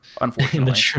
Unfortunately